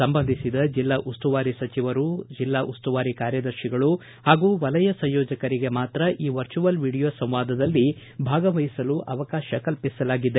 ಸಂಬಂಧಿಸಿದ ಜಿಲ್ಲಾ ಉಸ್ತುವಾರಿ ಸಚಿವರು ಸಚಿವರು ಜಿಲ್ಲಾ ಉಸ್ತುವಾರಿ ಕಾರ್ಯದರ್ತಿಗಳು ಹಾಗೂ ವಲಯ ಸಂಯೋಜಕರಿಗೆ ಮಾತ್ರ ಈ ವರ್ಚುವಲ್ ವಿಡಿಯೊ ಸಂವಾದದಲ್ಲಿ ಭಾಗವಹಿಸಲು ಅವಕಾಶ ಕಲ್ಪಿಸಲಾಗಿದೆ